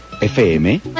FM